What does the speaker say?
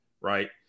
right